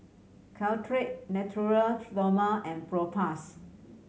Caltrate Natura Stoma and Propass